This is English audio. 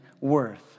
worth